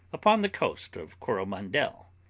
upon the coast of coromandel,